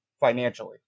financially